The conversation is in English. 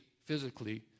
physically